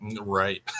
Right